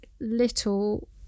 little